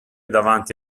davanti